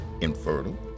infertile